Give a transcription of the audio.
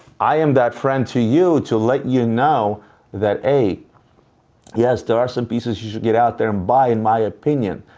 i am that friend to you, to let you know that a yes, there are some pieces you should get out there and buy, in my opinion.